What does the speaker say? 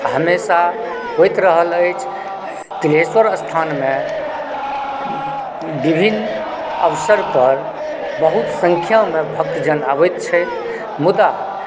हमेशा होइत रहल अछि तिलहेश्वर स्थानमे विभिन्न अवसर पर बहुत संख्यामे भक्तजन आबैत छथि मुदा